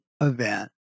event